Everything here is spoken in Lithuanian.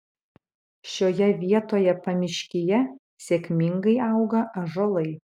šioje vietoje pamiškyje sėkmingai auga ąžuolai